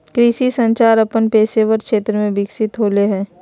कृषि संचार अपन पेशेवर क्षेत्र में विकसित होले हें